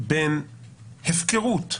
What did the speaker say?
בין הפקרות,